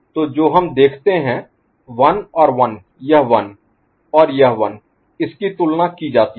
तो जो हम देखते हैं 1 और 1 यह 1 और यह 1 इसकी तुलना की जाती है